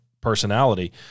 personality